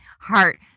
heart